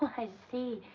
i see.